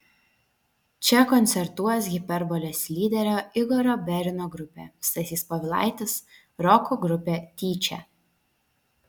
čia koncertuos hiperbolės lyderio igorio berino grupė stasys povilaitis roko grupė tyčia